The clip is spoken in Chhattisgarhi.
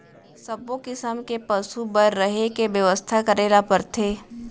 सब्बो किसम के पसु बर रहें के बेवस्था करे ल परथे